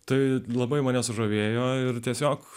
tai labai mane sužavėjo ir tiesiog